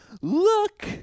look